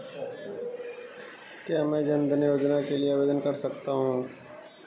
क्या मैं जन धन योजना के लिए आवेदन कर सकता हूँ?